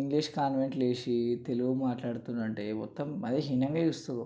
English కాన్వెంట్లో వేసి తెలుగు మాట్లాడుతుండు అంటే మొత్తం మరిహీనంగా చూస్తుండ్రు